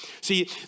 See